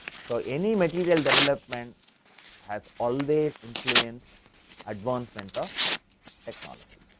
so, any material development has always influenced advancement of technology.